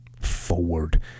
forward